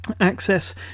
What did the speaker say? access